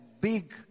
big